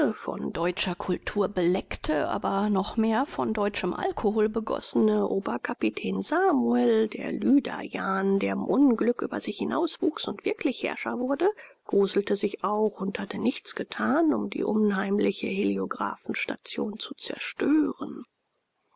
von deutscher kultur beleckte aber noch mehr von deutschem alkohol begossene oberkapitän samuel der lüderjan der im unglück über sich hinauswuchs und wirklich herrscher wurde gruselte sich auch und hat nichts getan um die unheimliche heliographenstation zu zerstören